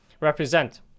represent